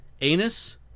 anus